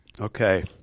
Okay